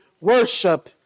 worship